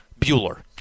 Bueller